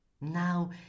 Now